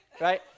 right